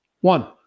One